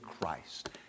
Christ